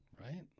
Right